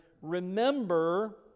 Remember